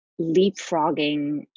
leapfrogging